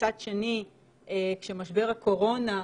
ומצד שני כשמשבר הקורונה,